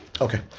Okay